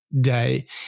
day